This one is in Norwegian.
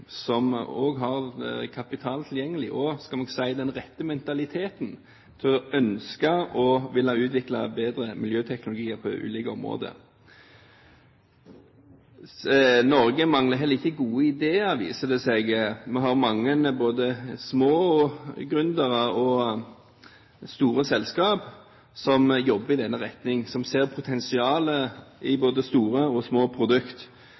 som også har kapital tilgjengelig og – skal vi si – den rette mentaliteten til å ønske å ville utvikle bedre miljøteknologi på ulike områder. Norge mangler heller ikke gode ideer, viser det seg. Vi har mange både små gründere og store selskaper som jobber i den retning, og som ser potensialet i både store og små produkt